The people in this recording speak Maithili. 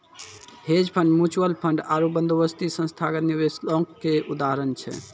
हेज फंड, म्युचुअल फंड आरु बंदोबस्ती संस्थागत निवेशको के उदाहरण छै